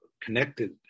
connected